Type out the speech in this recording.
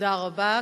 תודה רבה.